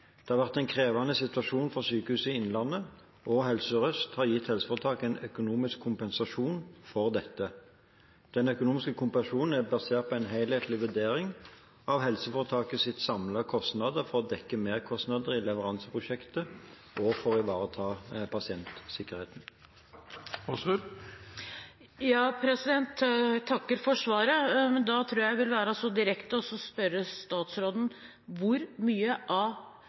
Det har vært en krevende situasjon for Sykehuset Innlandet, og Helse Sør-Øst har gitt helseforetaket en økonomisk kompensasjon for dette. Den økonomiske kompensasjonen er basert på en helhetlig vurdering av helseforetakets samlede kostnader for å dekke merkostnader i leveranseprosjektet og for å ivareta pasientsikkerheten. Jeg takker for svaret. Da tror jeg at jeg vil være direkte og spørre statsråden: Hvor mye av